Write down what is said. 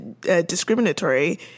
discriminatory